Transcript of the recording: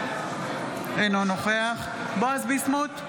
אינו נוכח בועז ביסמוט,